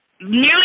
nearly